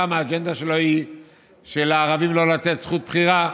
פעם האג'נדה שלו היא לא לתת זכות בחירה לערבים,